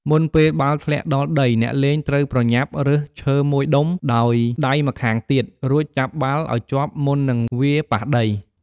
មុនពេលបាល់ធ្លាក់ដល់ដី អ្នកលេងត្រូវប្រញាប់រើសឈើ ១ ដុំ ដោយដៃម្ខាងទៀត រួចចាប់បាល់ឲ្យជាប់មុននឹងវាប៉ះដី។